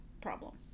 problem